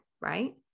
right